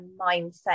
mindset